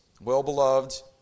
well-beloved